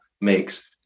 makes